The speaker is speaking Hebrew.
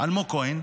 אלמוג כהן,